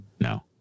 No